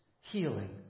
healing